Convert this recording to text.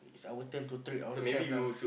is our turn to treat ourselves lah